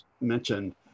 mentioned